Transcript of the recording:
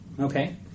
Okay